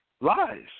lies